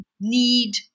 need